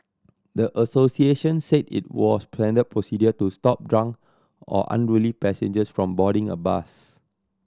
the associations said it was planned up procedure to stop drunk or unruly passengers from boarding a bus